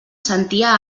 sentia